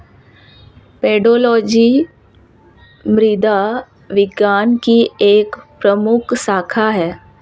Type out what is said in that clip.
pedology मृदा विज्ञान की एक प्रमुख शाखा है